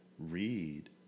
Read